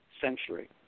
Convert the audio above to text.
century